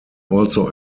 also